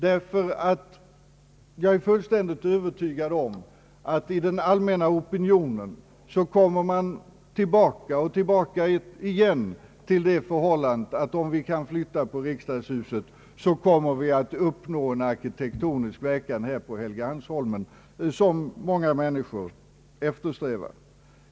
Jag är nämligen fullständigt övertygad om att man i den allmänna opinionen ständigt kommer tilbaka till den tanken att om vi kan flytta på riksdagshuset kommer vi att uppnå en arkitektonisk verkan på Helgeandsholmen som många människor eftersträvar.